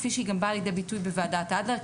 כפי שהיא גם באה לידי ביטוי בוועדת אדלר,